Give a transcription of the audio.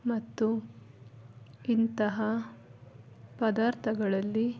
ಮತ್ತು ಇಂತಹ ಪದಾರ್ಥಗಳಲ್ಲಿ